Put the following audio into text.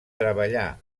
treballà